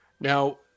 Now